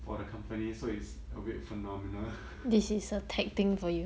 for the company so is a weird phenomena